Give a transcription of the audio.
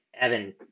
Evan